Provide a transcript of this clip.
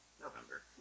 November